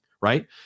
right